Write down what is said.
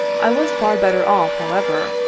i was far better off, however,